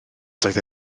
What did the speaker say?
doedd